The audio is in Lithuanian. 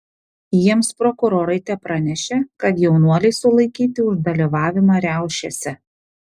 jiems prokurorai tepranešė kad jaunuoliai sulaikyti už dalyvavimą riaušėse